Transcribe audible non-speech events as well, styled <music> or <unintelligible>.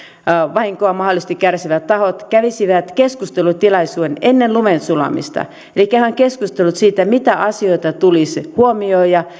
vahinkoa mahdollisesti kärsivät tahot kävisivät keskustelutilaisuuden ennen lumen sulamista elikkä käydään keskustelut siitä mitä asioita tulisi huomioida <unintelligible>